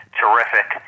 terrific